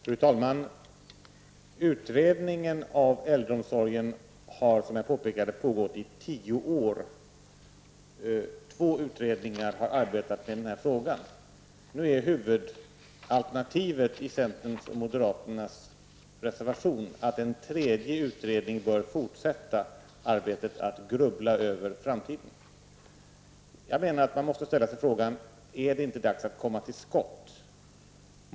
Fru talman! Utredningen av äldreomsorgen har pågått i tio år. Två utredningar har arbetat med frågan. Nu är huvudalternativet i centerns och moderaternas reservation att en tredje utredning bör fortsätta arbetet med att grubbla över framtiden. Är det inte dags att komma till skott?